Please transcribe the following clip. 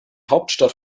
hauptstadt